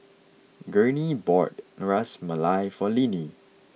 Gurney bought Ras Malai for Linnie